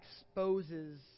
exposes